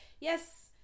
yes